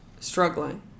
struggling